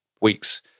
weeks